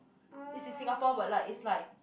is in Singapore but like it's like